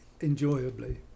enjoyably